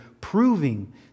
proving